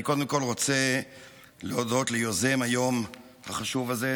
אני קודם כול רוצה להודות ליוזם היום החשוב הזה,